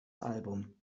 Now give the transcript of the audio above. album